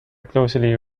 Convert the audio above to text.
closely